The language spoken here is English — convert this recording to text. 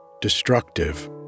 destructive